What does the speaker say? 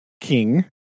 king